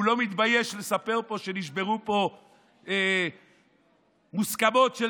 הוא לא מתבייש לספר שנשברו פה מוסכמות של